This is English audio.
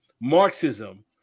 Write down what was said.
Marxism